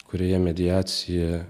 kurioje mediacija